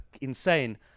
insane